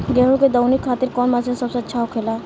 गेहु के दऊनी खातिर कौन मशीन सबसे अच्छा होखेला?